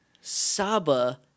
Saba